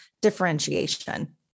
differentiation